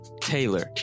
Taylor